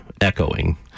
echoing